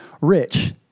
rich